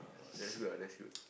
that's good ah that's good